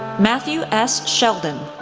matthew s. sheldon,